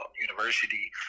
University